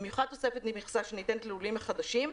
במיוחד תוספת ממכסה שניתנת ללולים החדשים,